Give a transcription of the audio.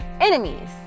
enemies